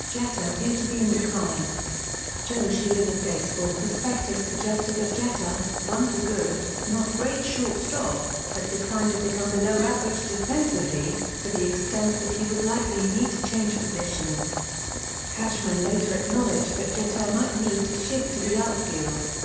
jeter appeared to be in decline joe sheehan of baseball prospectus suggested that jeter, once a good, not great shortstop, had declined to become below average defensively, to the extent that he would likely need to change positions cashman later acknowledged that jeter might need to shift to the outfield.